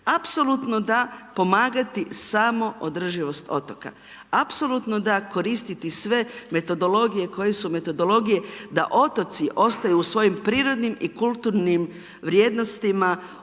Apsolutno da pomagati samoodrživost otoka. Apsolutno da koristiti sve metodologije koje su metodologije da otoci ostaju u svojim prirodnim i kulturnim vrijednostima